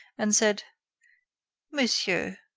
and said monsieur,